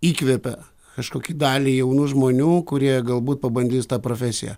įkvepia kažkokį dalį jaunų žmonių kurie galbūt pabandys tą profesiją